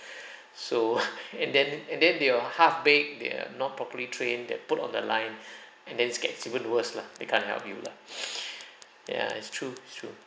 so and then and then they are half-baked they are not properly trained that put on the line and then it gets even worse lah they can't help you lah ya it's true it's true